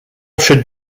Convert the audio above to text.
should